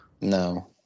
No